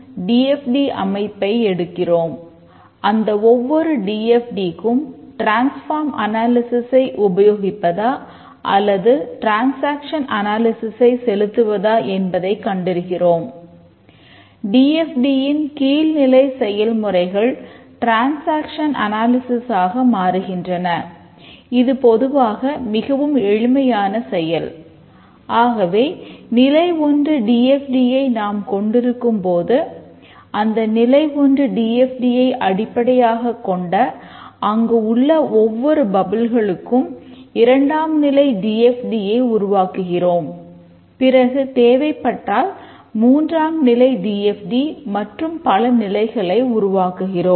D F T மாடலை மற்றும் பல நிலைகளை உருவாக்குகிறோம்